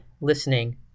listening